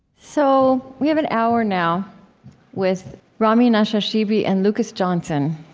so we have an hour now with rami nashashibi and lucas johnson.